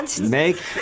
Make